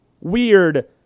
weird